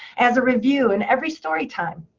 as a review, in every story time,